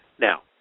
now